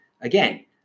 Again